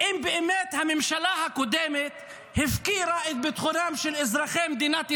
אם באמת הממשלה הקודמת הפקירה את ביטחונם של אזרחי מדינת ישראל,